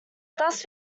thus